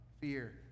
Fear